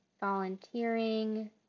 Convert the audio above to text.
volunteering